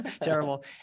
Terrible